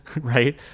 right